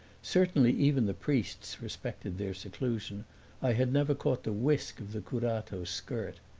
certainly even the priests respected their seclusion i had never caught the whisk of the curato's skirt.